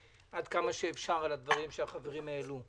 עד כמה שאפשר, לדברים שהעלו החברים.